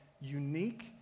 unique